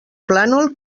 plànol